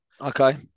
Okay